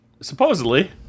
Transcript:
Supposedly